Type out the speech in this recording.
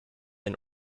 and